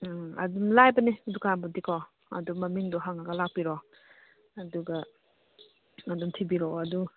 ꯎꯝ ꯑꯗꯨꯝ ꯂꯥꯏꯕꯅꯤ ꯗꯨꯀꯥꯟꯕꯨꯗꯤꯀꯣ ꯑꯗꯨ ꯃꯃꯤꯡꯗꯨ ꯍꯪꯉ ꯂꯥꯛꯄꯤꯔꯣ ꯑꯗꯨꯒ ꯑꯗꯨꯝ ꯊꯤꯕꯤꯔꯛꯑꯣ ꯑꯗꯨ